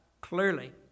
clearly